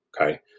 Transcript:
okay